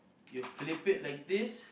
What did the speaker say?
you flip it like this